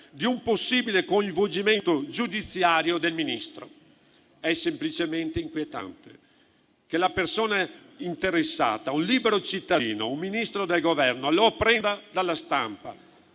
di un possibile coinvolgimento giudiziario del Ministro. È semplicemente inquietante che la persona interessata, un libero cittadino, un Ministro del Governo, lo apprenda dalla stampa: